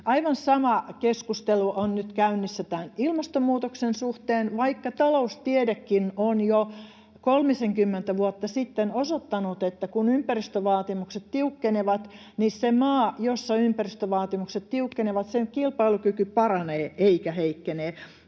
Aivan sama keskustelu on nyt käynnissä tämän ilmastonmuutoksen suhteen, vaikka taloustiedekin on jo kolmisenkymmentä vuotta sitten osoittanut, että kun ympäristövaatimukset tiukkenevat, niin sen maan, jossa ympäristövaatimukset tiukkenevat, kilpailukyky paranee eikä heikkene.